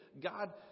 God